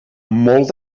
molt